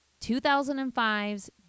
2005's